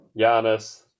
Giannis